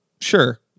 sure